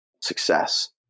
success